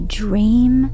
dream